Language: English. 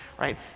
right